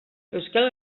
euskal